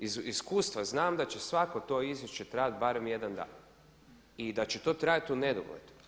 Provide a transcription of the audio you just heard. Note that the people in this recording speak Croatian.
Iz iskustva znam da će svako to izvješće trajati barem jedan dan i da ćeto trajati u nedogled.